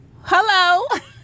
hello